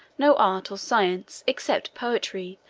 no art or science, except poetry,